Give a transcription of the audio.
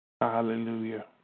Hallelujah